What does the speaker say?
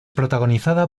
protagonizada